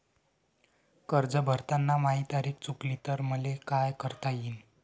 कर्ज भरताना माही तारीख चुकली तर मले का करता येईन?